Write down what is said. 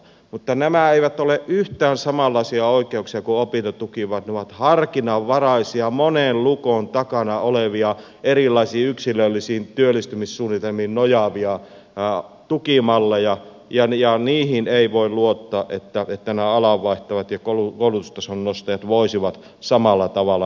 mutta nämä eivät ole yhtään samanlaisia oikeuksia kuin opintotuki vaan ne ovat harkinnanvaraisia monen lukon takana olevia erilaisiin yksilöllisiin työllistymissuunnitelmiin nojaavia tukimalleja ja ei voi luottaa että nämä alanvaihtajat ja koulutustason nostajat voisivat niihin samalla tavalla nojata